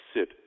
sit